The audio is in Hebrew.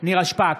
בהצבעה נירה שפק,